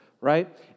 right